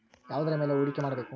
ಯಾವುದರ ಮೇಲೆ ಹೂಡಿಕೆ ಮಾಡಬೇಕು?